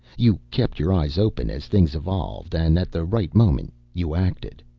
you kept your eyes open as things evolved and at the right moment you acted.